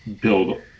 build